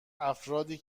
افرادی